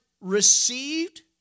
received